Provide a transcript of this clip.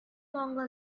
longer